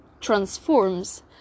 transforms